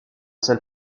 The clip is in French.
salle